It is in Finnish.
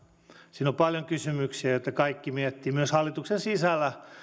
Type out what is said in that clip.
siinä on paljon kysymyksiä joita kaikki miettivät myös hallituksen sisällä